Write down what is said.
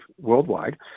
worldwide